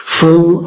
full